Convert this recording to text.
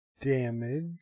damage